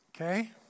okay